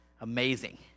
Amazing